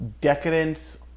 decadence